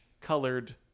colored